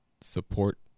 support